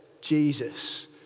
Jesus